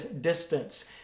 distance